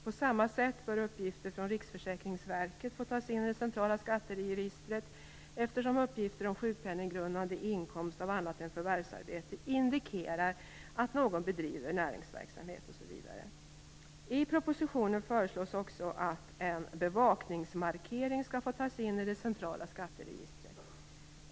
På samma sätt bör uppgifter från Riksförsäkringsverket få tas in i centrala skatteregistret, eftersom uppgifter om sjukpenninggrundande inkomst av annat än förvärsarbete indikerar att någon bedriver näringsverksamhet, osv. I propositionen föreslås också att en bevakningsmarkering skall få tas in det centrala skatteregistret.